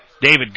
David